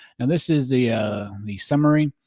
and this is the ah the summary.